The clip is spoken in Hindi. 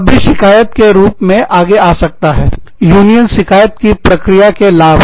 तब भी शिकायत के रूप में आगे जा सकता है यूनियन शिकायत प्रक्रिया के लाभ